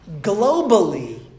globally